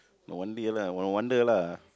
no wonder lah no wonder lah